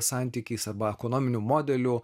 santykiais arba ekonominiu modeliu